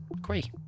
great